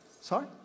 Sorry